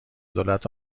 دولت